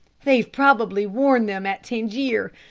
they've probably warned them at tangier.